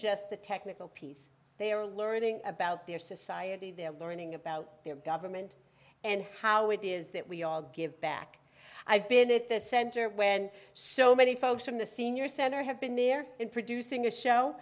just the technical piece they are learning about their society their learning about their government and how it is that we all give back i've been at the center when so many folks from the senior center have been there in producing a show